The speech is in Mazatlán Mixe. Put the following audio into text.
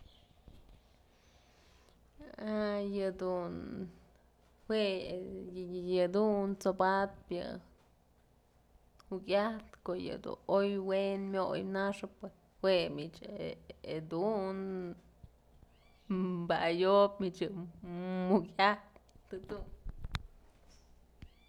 A yëdunm jue yëdun t'sobatpë yë jukyajtë ko'o yëdun oy we'en myoy naxëp jue mich jedun ba ëyob mukyajtë jedun.